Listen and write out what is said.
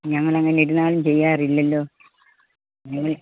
ഞങ്ങളങ്ങനെ ഒരു നാളും ചെയ്യാറില്ലല്ലോ